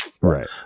Right